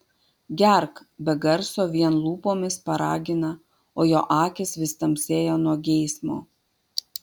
gerk be garso vien lūpomis paragina o jo akys vis tamsėja nuo geismo